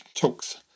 talks